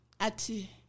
Ati